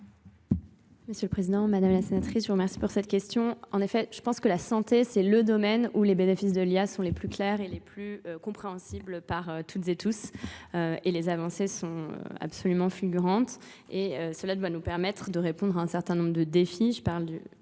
Monsieur le Président, Madame la Sénatrice, je vous remercie pour cette question. En effet, je pense que la santé, c'est le domaine où les bénéfices de l'IA sont les plus clairs et les plus compréhensibles par toutes et tous. Et les avancées sont absolument fulgurantes. Et cela doit nous permettre de répondre à un certain nombre de défis.